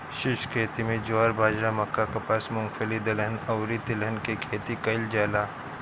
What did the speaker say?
शुष्क खेती में ज्वार, बाजरा, मक्का, कपास, मूंगफली, दलहन अउरी तिलहन के खेती कईल जाला